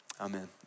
Amen